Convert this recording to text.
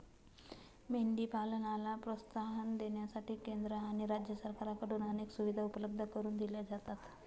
मेंढी पालनाला प्रोत्साहन देण्यासाठी केंद्र आणि राज्य सरकारकडून अनेक सुविधा उपलब्ध करून दिल्या जातात